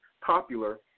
popular